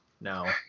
no